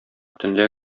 төнлә